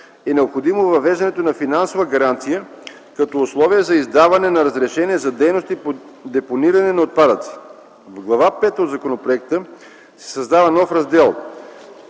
е необходимо въвеждането на финансова гаранция като условие за издаване на разрешение за дейности по депониране на отпадъци. В Глава пета от законопроекта се създава нов Раздел